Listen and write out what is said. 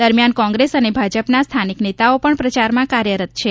દરમ્યાન કોંગ્રેસ અને ભાજપના સ્થાનિક નેતાઓ પણ પ્રચારમાં કાર્યરત છે